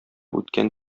үткән